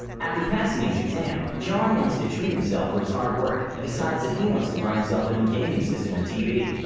after passing his exam, john wants to treat himself for his hard work and decides that he wants to buy himself a new gaming system and tv.